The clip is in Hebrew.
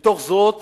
לתוך זרועות